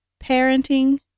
parenting